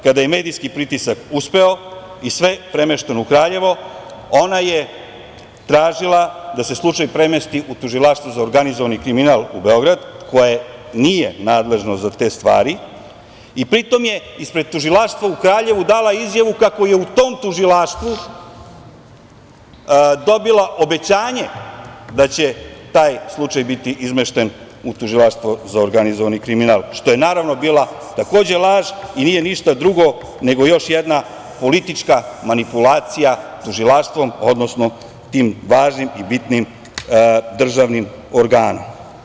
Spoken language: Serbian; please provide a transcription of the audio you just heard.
Kada je medijski pritisak uspeo i sve premešteno u Kraljevo, tražila je da se slučaj premesti u Tužilaštvo za organizovani kriminal u Beograd, koje nije nadležno za te stvari i pri tome je ispred tužilaštva u Kraljevu dala izjavu kako je u tom tužilaštvu dobila obećanje da će taj slučaj biti izmešten u Tužilaštvo za organizovani kriminal, što je bila takođe laž i nije ništa drugo nego još jedna politička manipulacija tužilaštvom, odnosno tim važnim i bitnim državnim organom.